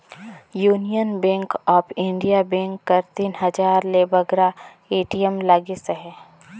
union bank of India bank कर तीन हजार ले बगरा ए.टी.एम लगिस अहे